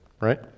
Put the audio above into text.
right